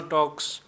Talks